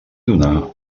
donar